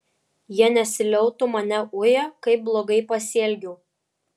jie nesiliautų mane uję kaip blogai pasielgiau